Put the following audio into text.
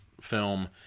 film